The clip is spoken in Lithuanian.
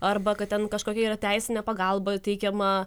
arba kad ten kažkokia yra teisinė pagalba teikiama